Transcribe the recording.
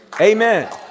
Amen